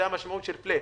זה המשמעות של פלאט.